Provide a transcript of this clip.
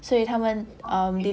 oh okay